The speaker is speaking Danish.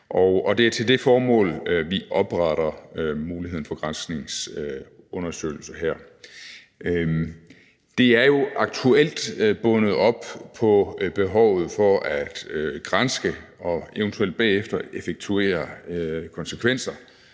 og det er til det formål, vi her opretter muligheden for granskningsundersøgelser. Det er jo aktuelt bundet op på behovet for at granske og eventuelt bagefter effektuere konsekvenser